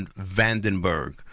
Vandenberg